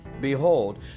behold